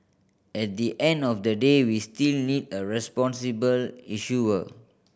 at the end of the day we still need a responsible issuer